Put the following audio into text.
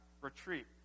retreat